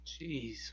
Jeez